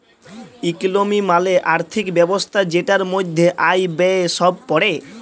ইকলমি মালে আর্থিক ব্যবস্থা জেটার মধ্যে আয়, ব্যয়ে সব প্যড়ে